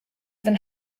than